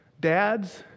dads